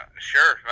sure